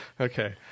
Okay